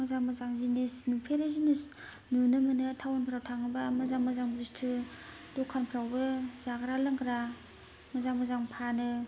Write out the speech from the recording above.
मोजां मोजां जिनिस नुफेरै जिनिस नुनो मोनो टाउनफोराव थाङोबा मोजां मोजां बुस्तु दखानफोरावबो जाग्रा लोंग्रा मोजां मोजां फानो